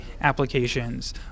applications